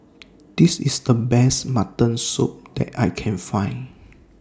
This IS The Best Mutton Soup that I Can Find